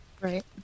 Right